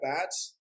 bats